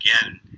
again